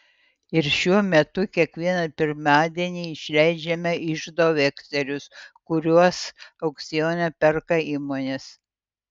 ir šiuo metu kiekvieną pirmadienį išleidžiame iždo vekselius kuriuos aukcione perka įmonės